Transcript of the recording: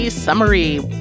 Summary